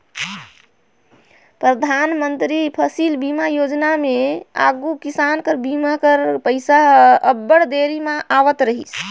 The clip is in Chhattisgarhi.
परधानमंतरी फसिल बीमा योजना में आघु किसान कर बीमा कर पइसा हर अब्बड़ देरी में आवत रहिस